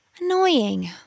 Annoying